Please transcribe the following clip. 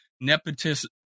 nepotism